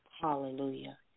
hallelujah